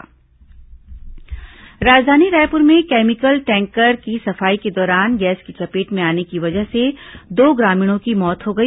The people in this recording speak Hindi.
हादसा राजधानी रायपुर में कैमिकल टैंकर की सफाई के दौरान गैस की चपेट में आने की वजह से दो ग्रामीणों की मौत हो गई